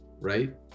right